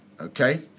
Okay